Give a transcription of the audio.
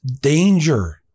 danger